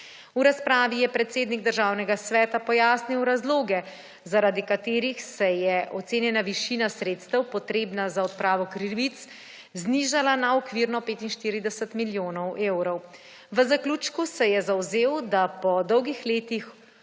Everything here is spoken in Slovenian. V razpravi je predsednik Državnega sveta pojasnil razloge, zaradi katerih se je ocenjena višina sredstev, potrebna za odpravo krivic, znižala na okvirno 45 milijonov evrov. V zaključku se je zavzel, da bi po dolgih letih